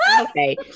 Okay